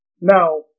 Now